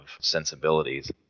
sensibilities